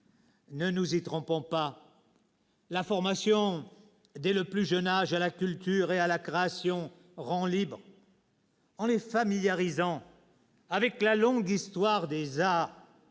Ne nous y trompons pas : la formation dès le plus jeune âge à la culture et à la création rend libre. En les familiarisant avec la longue histoire des arts, en leur